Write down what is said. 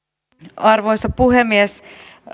arvoisa puhemies